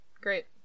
Great